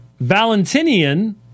Valentinian